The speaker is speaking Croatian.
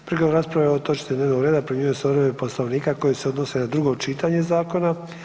Prigodom rasprave o ovoj točci dnevnog reda primjenjuju se odredbe Poslovnika koje se odnose na drugo čitanje zakona.